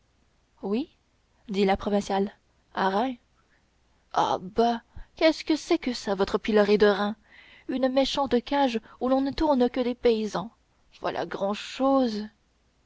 oui dit la provinciale à reims ah bah qu'est-ce que c'est que ça votre pilori de reims une méchante cage où l'on ne tourne que des paysans voilà grand-chose